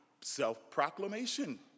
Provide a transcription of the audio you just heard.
self-proclamation